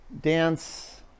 dance